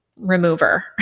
remover